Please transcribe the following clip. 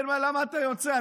כן, למה אתה יוצא?